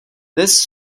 this